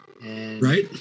Right